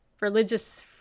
religious